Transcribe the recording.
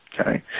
okay